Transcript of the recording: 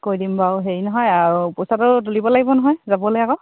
কৈ দিম বাৰু হেৰি নহয় আৰু পইচাটো তুলিব লাগিব নহয় যাবলৈ আকৌ